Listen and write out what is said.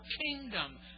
kingdom